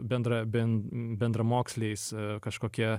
bendra ben bendramoksliais kažkokie